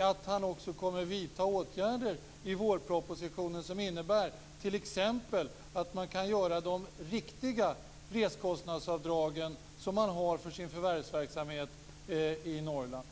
att han kommer att vidta åtgärder i vårpropositionen som t.ex. innebär att man kan göra avdrag för de riktiga resekostnader som man har för sin förvärvsverksamhet i Norrland.